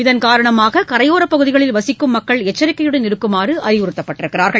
இதன்காரணமாக கரையோரப் பகுதிகளில் வசிக்கும் மக்கள் எச்சரிக்கையுடன் இருக்குமாறு அறிவுறுத்தப்பட்டுள்ளனர்